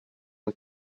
the